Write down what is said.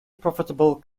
profitable